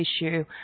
issue